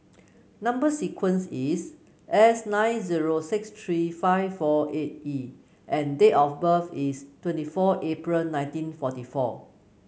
number sequence is S nine zero six three five four eight E and date of birth is twenty four April nineteen forty four